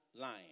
lying